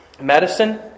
medicine